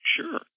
Sure